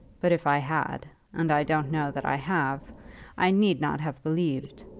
but if i had and i don't know that i have i need not have believed.